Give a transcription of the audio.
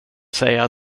säga